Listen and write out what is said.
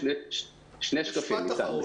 שני דברים.